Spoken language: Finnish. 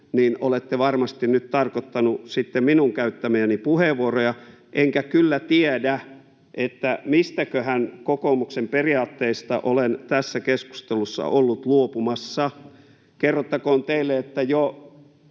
niin olette varmasti nyt tarkoittanut sitten minun käyttämiäni puheenvuoroja, enkä kyllä tiedä, mistäköhän kokoomuksen periaatteista olen tässä keskustelussa ollut luopumassa. Kerrottakoon teille, että jo